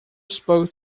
spoke